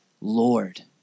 Lord